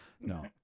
No